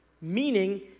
meaning